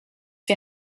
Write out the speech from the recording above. wir